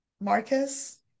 Marcus